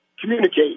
communicate